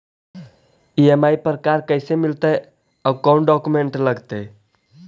EMI पर car कैसे मिलतै औ कोन डाउकमेंट लगतै?